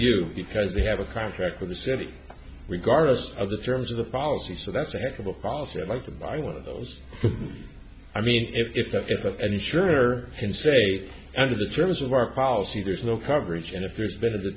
you because they have a contract with the city regardless of the terms of the policy so that's a heck of a policy i'd like to buy one of those i mean if that if that and if you're in say under the terms of our policy there's no coverage and if there's been